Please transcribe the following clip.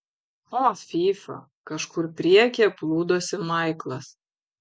o fyfa kažkur priekyje plūdosi maiklas